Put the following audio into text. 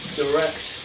direct